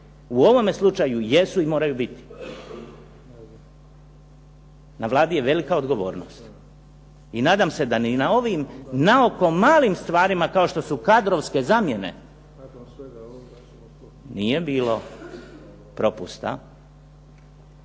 U ovome slučaju jesu i moraju biti. Na Vladi je velika odgovornost i nadam se da ni na ovim na oko malim stvarima kao što su kadrovske zamjene nije bilo propusta